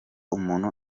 umuntu